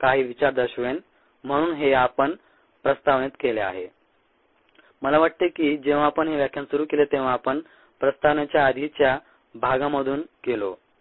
काही विचार दर्शवेन म्हणून हे आपण प्रस्तावनेत केले आहे मला वाटते की जेव्हा आपण हे व्याख्यान सुरू केले तेव्हा आपण प्रस्तावनेच्या आधीच्या भागांमधून गेलो